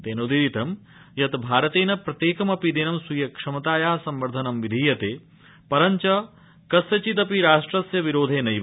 तेनोदीरितं यत् भारतेन प्रत्येकमपि दिनं स्वीयं क्षमतायां संवर्धनं विधीयते परञ्च कस्यचिदपि राष्ट्रस्य विरोधे नैव